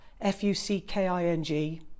F-U-C-K-I-N-G